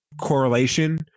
correlation